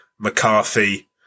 McCarthy